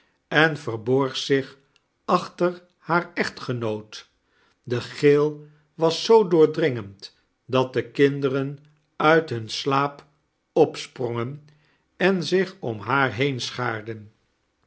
en verborg zich achter haar echtgenoot de gil was zoo doordringend dat de kinderen uit hun slaap opsprongen en zich om haar heen schaarden